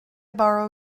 borrow